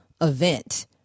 event